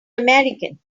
american